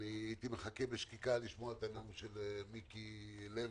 הייתי מחכה בשקיקה לשמוע את הנאום של מיקי לוי,